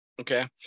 Okay